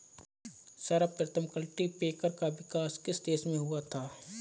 सर्वप्रथम कल्टीपैकर का विकास किस देश में हुआ था?